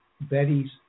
Betty's